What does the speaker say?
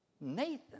Nathan